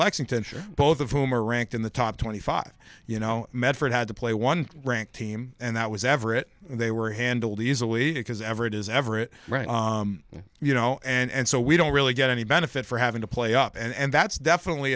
lexington both of whom are ranked in the top twenty five you know medford had to play one ranked team and that was everett they were handled easily because ever it is everett you know and so we don't really get any benefit for having to play up and that's definitely